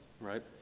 right